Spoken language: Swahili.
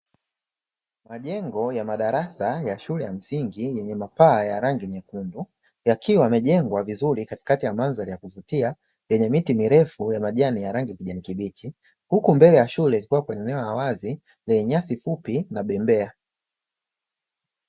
Majengo ya madarasa ya shule ya msingi yenye mapaa ya rangi nyekundu, yakiwa yamejengwa vizuri katikati ya mandhari ya kuvutia yenye miti mirefu ya majani ya rangi kijani kibichi; huku mbele ya shule kukiwa kuna eneo la wazi lenye nyasi fupi na bembea.